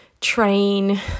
train